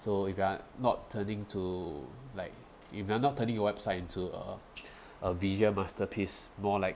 so if you are not turning to like if you're not turning your website into uh a visual masterpiece more like